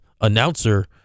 announcer